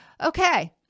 okay